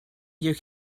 you